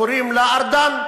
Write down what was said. קוראים לה ארדן?